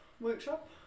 workshop